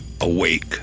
awake